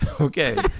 Okay